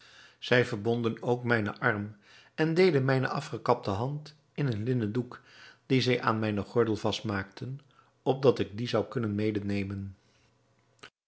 zij verbonden ook mijnen arm en deden mijne afgekapte hand in een linnen doek dien zij aan mijnen gordel vastmaakten opdat ik die zou kunnen